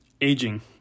aging